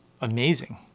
amazing